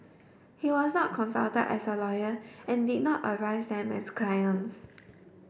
he was not consulted as a lawyer and did not advise them as clients